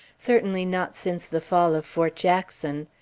certainly not since the fall of fort jackson.